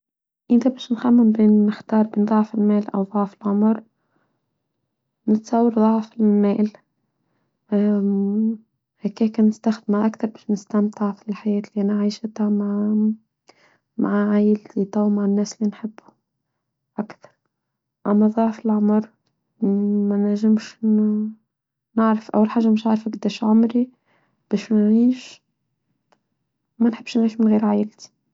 إنك باش نخمم بين مختار بنضعف المال أو ضعف العمر نتصور ضعف المال هكيكه كنستخدمها أكثر باش نستمتع في الحياة اللي أنا عايشتها مع عائلتي ومع الناس اللي نحبهم أكثر أما ضعف العمر ما نجمش نعرف أول حاجة مش عارفة قداش عمري باش نعيش ما نحبش نعيش من غير عائلتي.